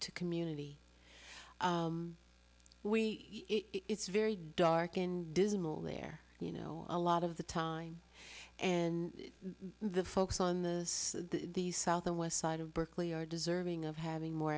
in community we it's very dark and dismal there you know a lot of the time and the folks on the south and west side of berkeley are deserving of having more